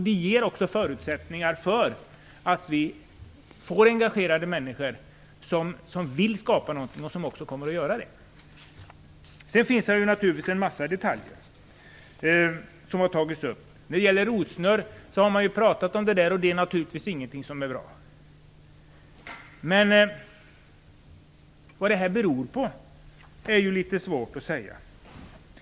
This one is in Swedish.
Det ger också förutsättningar för att vi skall få engagerade människor som vill skapa någonting, och som också kommer att göra det. Sedan finns det en mängd detaljer som har berörts. Man har bl.a. talat om rotsnurr, och det är naturligtvis inte något som är bra. Vad det beror på är det litet svårt att säga.